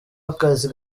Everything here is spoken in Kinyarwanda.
akazi